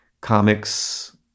comics